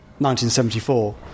1974